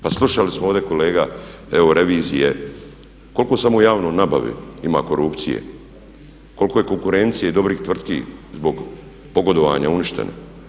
Pa slušali smo ovdje kolega evo revizije koliko samo u javnoj nabavi ima korupcije, koliko je konkurencije i dobrih tvrtki zbog pogodovanja uništeno?